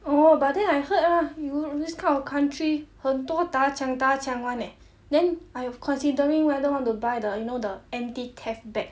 oh but then I heard uh you this kind of country 很多打枪打枪 [one] leh then I considering whether want to buy the you know the anti-theft bag